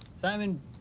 Simon